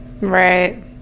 Right